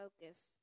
focus